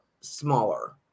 smaller